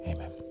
Amen